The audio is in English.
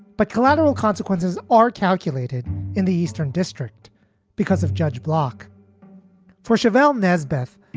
but collateral consequences are calculated in the eastern district because of judge block for cheval ness beth.